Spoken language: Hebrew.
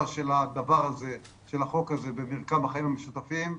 של החוק הזה במרקם החיים המשותפים,